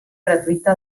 gratuïta